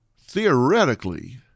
theoretically